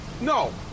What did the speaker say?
no